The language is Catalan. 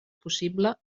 possible